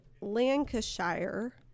Lancashire